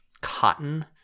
cotton